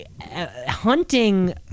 hunting